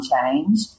change